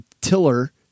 Tiller